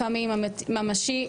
לפעמים ממשי,